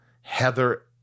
Heather